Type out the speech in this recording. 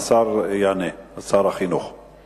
שר החינוך יענה.